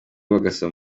bagasaba